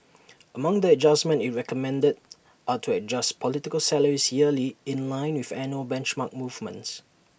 among the adjustments IT recommended are to adjust political salaries yearly in line with annual benchmark movements